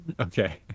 Okay